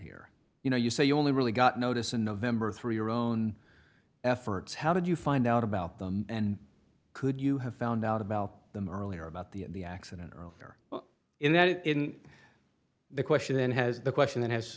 here you know you say you only really got notice in november through your own efforts how did you find out about them and could you have found out about them earlier about the accident or affair well in that it in the question has the question that has